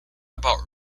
about